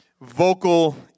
vocal